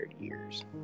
years